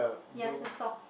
ya it's a sock